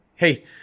Hey